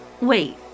Wait